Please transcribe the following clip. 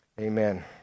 Amen